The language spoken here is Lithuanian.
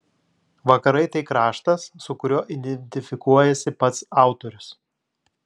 vakarai tai kraštas su kuriuo identifikuojasi pats autorius